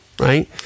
Right